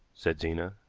said zena.